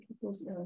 people's